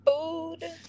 food